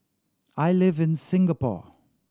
I live in Singapore